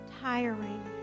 tiring